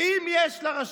ואם יש לרשות,